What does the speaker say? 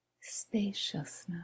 spaciousness